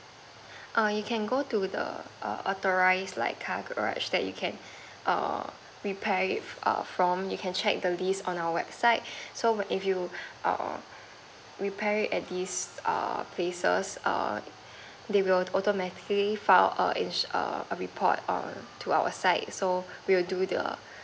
err you can go to the err authorised like car garage that you can err repair it err from you can just check the list on our website so if you err repair it at these err places err they will automatically file a ins~ a report err to our site so we will do the